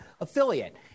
affiliate